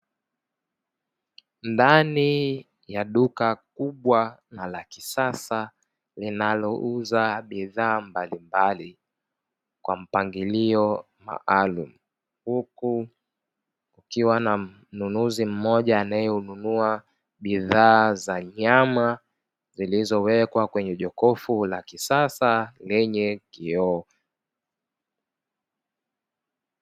Ndani ya duka kubwa na la kisasa linalouza bidhaa mbalimbali kwa mpangilio maalumu, huku kukiwa na mnunuzi mmoja anayenunua bidhaa za nyama zilizowekwa kwenye jokofu la kisasa lenye kioo.